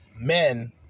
men